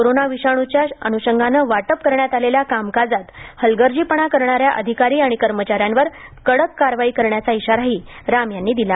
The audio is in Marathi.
कोरोना विषाणच्या अन्षंगाने वाटप करण्यात आलेल्या कामकाजात हलगर्जीपणा करणाऱ्या अधिकारी आणि कर्मचाऱ्यांवर कडक कारवाई करण्याचा इशाराही राम यांनी दिला